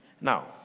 Now